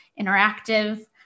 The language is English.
interactive